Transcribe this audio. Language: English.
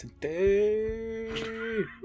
today